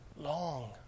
long